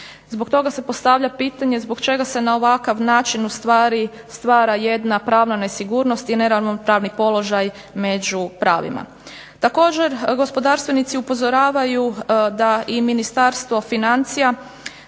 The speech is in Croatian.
Zbog toga se postavlja pitanje zbog čega se na ovakav način stvara jedna pravna nesigurnosti i neravnopravni položaj među pravima? Također gospodarstvenici upozoravaju da im Ministarstvo financija